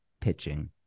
pitching